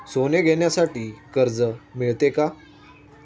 सोने घेण्यासाठी कर्ज मिळते का?